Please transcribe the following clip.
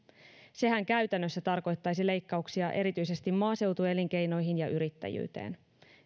sehän käytännössä tarkoittaisi leikkauksia erityisesti maaseutuelinkeinoihin ja yrittäjyyteen